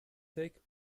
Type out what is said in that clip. take